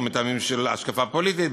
או מטעמים של השקפה פוליטית,